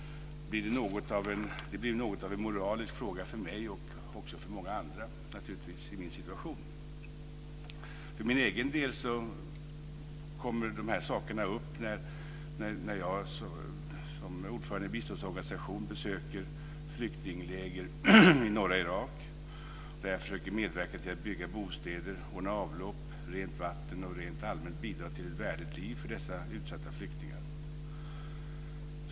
Det blir något av en moralisk fråga för mig och naturligtvis för många andra. För min egen del kommer dessa frågor upp när jag som ordförande för en biståndsorganisation besöker flyktingläger i norra Irak, där jag försöker medverka till att bygga bostäder, ordna avlopp, rent vatten och rent allmänt försöker bidra till ett värdigt liv för dessa utsatta flyktingar.